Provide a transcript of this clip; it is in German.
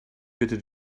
bitte